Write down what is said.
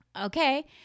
Okay